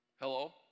Hello